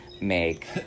make